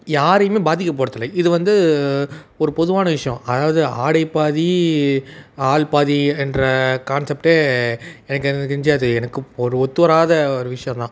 யாரையும் பாதிக்கப் படுத்தல இது வந்து ஒரு பொதுவான விஷயம் அதாவது ஆடை பாதி ஆள் பாதி என்ற கான்செப்ட்டே எனக்கு எனக்கு தெரிஞ்சு அது எனக்கு ஒரு ஒத்துவராத ஒரு விஷயம் தான்